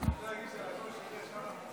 אתה רוצה להגיד לי שעל הקול שלי עכשיו אנחנו מפסידים?